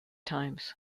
times